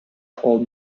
paul